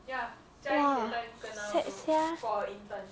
!wah! sad [sial]